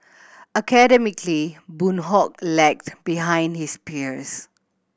academically Boon Hock lagged behind his peers